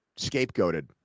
scapegoated